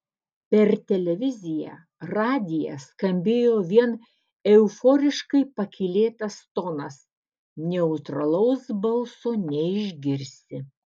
per televiziją radiją skambėjo vien euforiškai pakylėtas tonas neutralaus balso neišgirsi